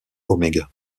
oméga